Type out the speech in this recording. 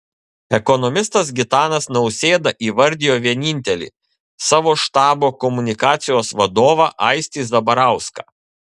ekonomistas gitanas nausėda įvardijo vienintelį savo štabo komunikacijos vadovą aistį zabarauską